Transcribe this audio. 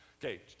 Okay